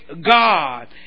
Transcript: God